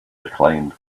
reclined